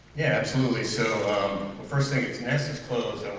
yeah absolutely so the first thing if nasa is closed